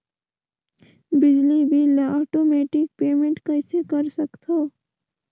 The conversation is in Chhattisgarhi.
बिजली बिल ल आटोमेटिक पेमेंट कइसे कर सकथव?